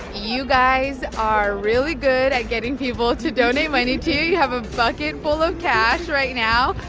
you guys are really good at getting people to donate money to you. you have a bucket full of cash right now.